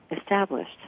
established